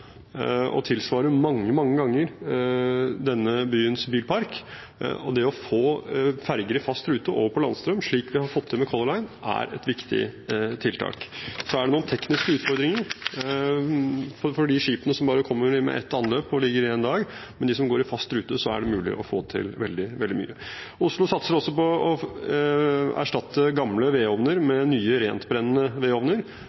mange ganger denne byens bilpark. Det å få ferger i fast rute over på landstrøm, slik vi har fått til med Color Line, er et viktig tiltak. Så er det noen tekniske utfordringer for de skipene som kommer med bare ett anløp og ligger en dag. Men for dem som går i fast rute, er det mulig å få til veldig mye. Oslo satser også på å erstatte gamle